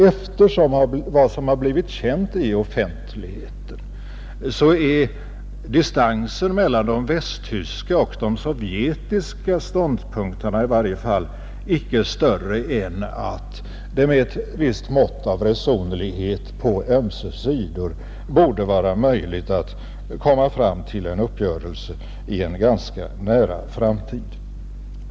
Efter vad som har blivit känt i offentligheten är distansen mellan de västtyska och de sovjetiska ståndpunkterna i varje fall icke större än att det med ett visst mått av resonlighet på ömse sidor borde vara möjligt att komma fram till en uppgörelse i en ganska nära framtid.